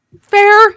fair